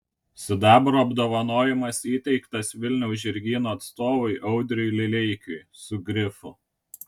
sidabro apdovanojimas įteiktas vilniaus žirgyno atstovui audriui lileikiui su grifu